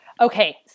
Okay